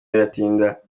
biratinda